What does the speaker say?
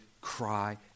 cry